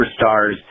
superstars